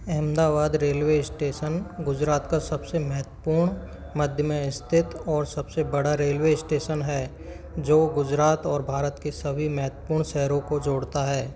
Ahmedabad railway station Gujarat का सबसे महत्वपूर्ण मध्य में स्थित और सबसे बड़ा रेलवे स्टेशन है जो गुजरात और भारत के सभी महत्वपूर्ण शहरों को जोड़ता है